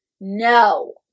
No